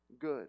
good